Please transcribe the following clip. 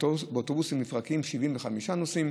ובאוטובוס מפרקים, 75 נוסעים.